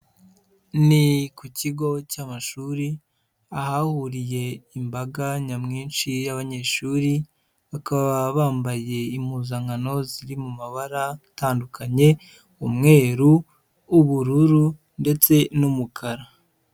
Ni ku kigo cy'amashuri ahahuriye imbaga nyamwinshi y'abanyeshuri, bakaba bambaye impuzankano ziri mu mabara atandukanye, umweru, ubururu, ndetse n'umukara.